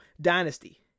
dynasty